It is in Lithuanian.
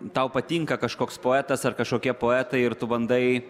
tau patinka kažkoks poetas ar kažkokie poetai ir tu bandai